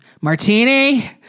martini